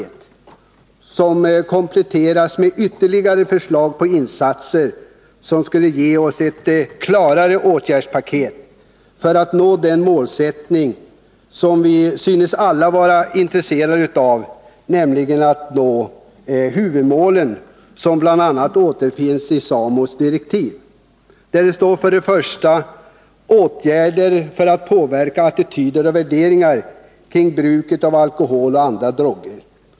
Det skulle ha kunnat kompletteras med förslag till ytterligare insatser, som skulle ge oss ett åtgärdspaket med klarare inriktning mot den målsättning som vi alla synes vara intresserade av, nämligen att nå följande huvudmål, som bl.a. återfinns i SAMO:s direktiv: 1. Åtgärder för att påverka attityder och värderingar kring bruket av alkohol och andra droger.